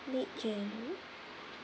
late january